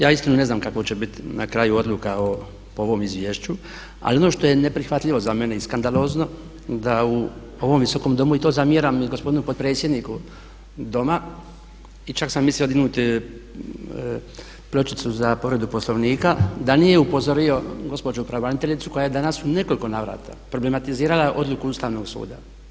Ja iskreno ne znam kakva će biti na kraju odluka po ovom izvješću ali ono što je neprihvatljivo za mene i skandalozno da u ovom Visokom domu i to zamjeram i gospodinu potpredsjedniku Doma i čak sam mislio dignuti pločicu za povredu Poslovnika da nije upozorio gospođu pravobraniteljicu koja je danas u nekoliko navrata problematizirala odluku Ustavnog suda.